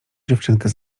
dziewczynkę